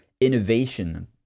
innovation